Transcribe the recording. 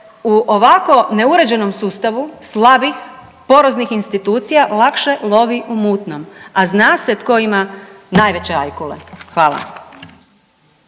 u ovako neuređenom sustavu slabih, poroznih institucija lakše lovi u mutnom, a zna se tko ima najveće ajkule. Hvala.